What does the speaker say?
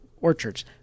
orchards